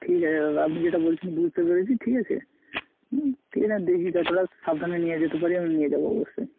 ঠিক আছে দাদা আপনি যেটা বলছেন বুঝতে পেরেছি ঠিক আছে ঠিক আছে আমি দেখি যতটা সাবধানে নিয়ে যেতে পারি আমি নিয়ে যাবো অবশ্যই